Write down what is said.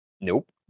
Nope